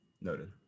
Noted